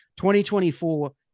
2024